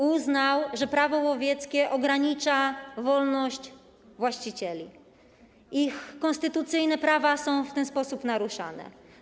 Uznał, że Prawo łowieckie ogranicza wolność właścicieli, że ich konstytucyjne prawa są w ten sposób naruszane.